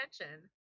attention